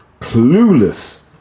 Clueless